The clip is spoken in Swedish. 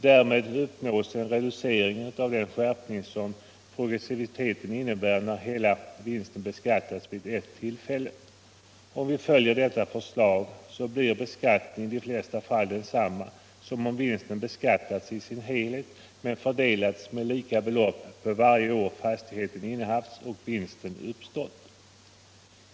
Därmed uppnås en reducering av den skärpning som progressiviteten innebär när hela vinsten beskattas vid ett tillfälle. Om vi följer detta förslag blir beskattningen i de flesta fall densamma som om vinsten beskattats i sin helhet men fördelats med lika belopp på varje år fastigheten innehafts och vinsten uppstått.